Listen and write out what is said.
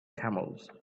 camels